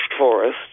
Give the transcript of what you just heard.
forest